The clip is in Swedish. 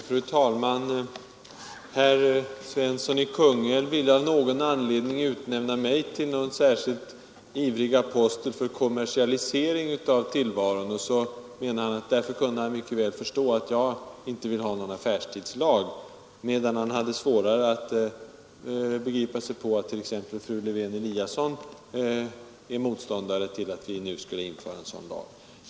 Fru talman! Herr Svensson i Kungälv ville av någon anledning utnämna mig till en särskilt ivrig apostel för kommersialisering av tillvaron. Han kunde därför mycket väl förstå att jag inte ville ha någon affärstidslag, medan han hade svårare att begripa sig på att t.ex. fru Lewén-Eliasson är motståndare till införandet av en sådan lag.